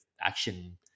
action